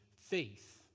faith